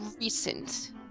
recent